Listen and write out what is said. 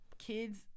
kids